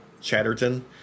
Chatterton